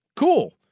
cool